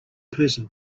person